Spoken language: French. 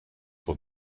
pour